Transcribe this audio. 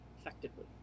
effectively